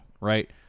Right